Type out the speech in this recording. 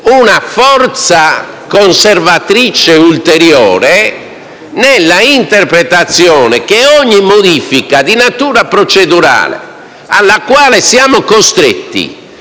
una forza conservatrice ulteriore nella interpretazione per cui ogni modifica di natura procedurale alla quale siamo costretti